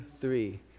three